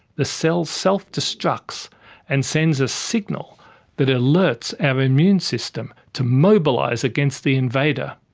the cell self-destructs and sends a signal that alerts our immune system to mobilise against the invader.